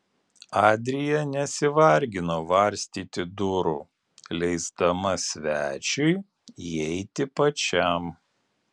adrija nesivargino varstyti durų leisdama svečiui įeiti pačiam